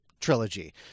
trilogy